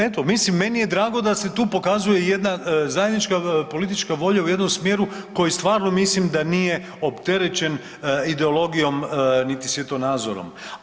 Eto, mislim, meni je drago da se tu pokazuje jedna zajednička politička volja u jednom smjeru koji stvarno mislim da nije opterećen ideologijom niti svjetonazorom.